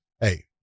hey